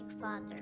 father